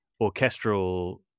orchestral